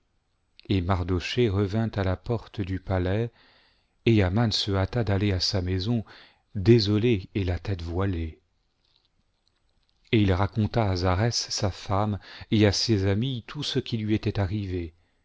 et iardochée revînt à la porte du palais et aman se hâta d'aller à sa maison désolé et la tête voilée et il raconta à zarès sa femme et à ses amis tout ce qui lui était arrivé